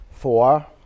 Four